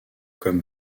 comme